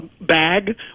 bag